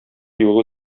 юлы